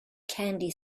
candy